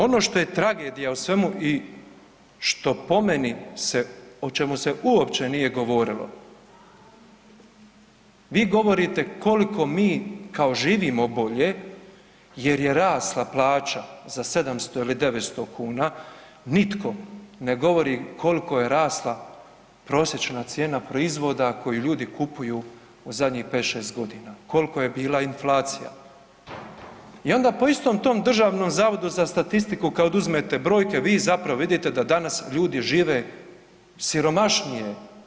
Ono što je tragedija u svemu i što po meni se, o čemu se uopće nije govorilo, vi govorite koliko mi kao živimo bolje jer je rasla plaća za 700 ili 900 kuna, nitko ne govori koliko je rasla prosječna cijena proizvoda koje ljudi kupuju u zadnjih 5-6.g., kolko je bila inflacija i onda po istom tom Državnom zavodu za statistiku kad oduzmete brojke vi zapravo vidite da danas ljudi žive siromašnije.